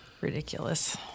ridiculous